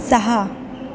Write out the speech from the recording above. सहा